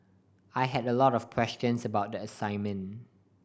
I had a lot of questions about the assignment